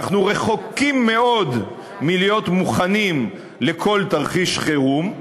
אנחנו רחוקים מאוד מלהיות מוכנים לכל תרחיש חירום,